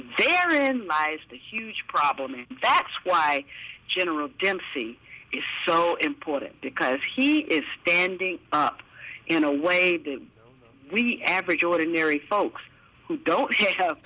there in lies the huge problem and that's why general dempsey is important because he is standing up in a way we average ordinary folks who don't have